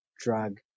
drug